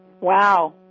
Wow